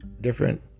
different